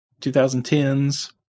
2010s